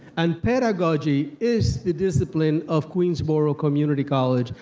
and pedagogy is the discipline of queensborough community college,